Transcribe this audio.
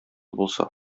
булса